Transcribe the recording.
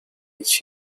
its